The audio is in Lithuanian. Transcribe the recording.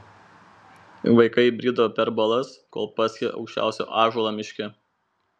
vaikai brido per balas kol pasiekė aukščiausią ąžuolą miške